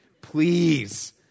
please